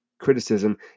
criticism